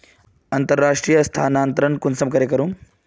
अंतर्राष्टीय स्थानंतरण कुंसम करे करूम?